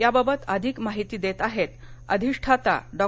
याबाबत अधिक माहिती देत आहेत अधिष्ठाता डॉ